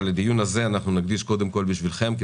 את הדיון הזה נקדיש קודם כל עבור נציגי